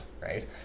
right